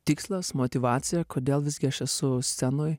tikslas motyvacija kodėl visgi aš esu scenoj